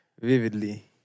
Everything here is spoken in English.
Vividly